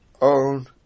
own